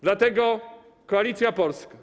Dlatego Koalicja Polska.